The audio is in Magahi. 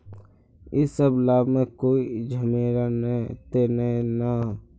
इ सब लाभ में कोई झमेला ते नय ने होते?